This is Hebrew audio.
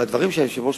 בדברים שהיושב-ראש